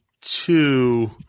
two